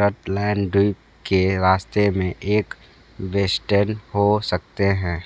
Rutland द्वीप के रास्ते में एक वेस्टेर्न हो सकते हैं